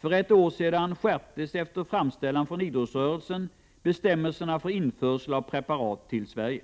För ett år sedan skärptes efter framställan från idrottsrörelsen bestämmelserna för införsel av preparat till Sverige.